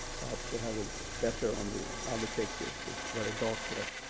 perhaps they have it better on the other pictures. it's very dark here.